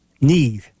need